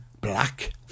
black